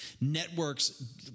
networks